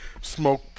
smoke